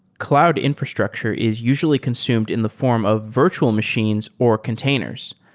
cloud infrastructure is usually consumed in the form of virtual machines or containers.